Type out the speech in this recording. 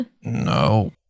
No